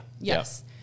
Yes